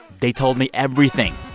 they told me everything.